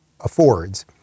affords